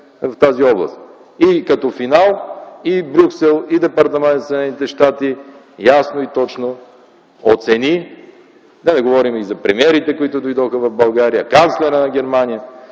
в тази област. И като финал, и Брюксел, и Департаментът на Съединените щати, да не говорим за премиерите, които дойдоха в България – канцлерът на Германия,